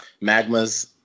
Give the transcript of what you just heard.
Magma's